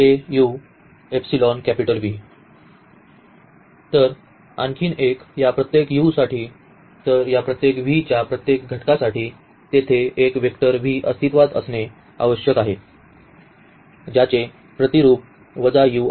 आणि आणखी एक या प्रत्येक u साठी तर या प्रत्येक V च्या प्रत्येक घटकासाठी तेथे एक वेक्टर V अस्तित्वात असणे आवश्यक आहे ज्याचे प्रतिरूप u